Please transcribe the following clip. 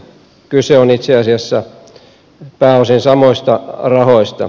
kyse on itse asiassa pääosin samoista rahoista